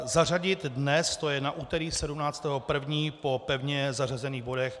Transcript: Zařadit dnes, to je na úterý 17. 1., po pevně zařazených bodech.